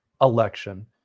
election